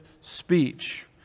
speech